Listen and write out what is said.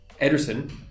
Ederson